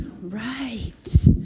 right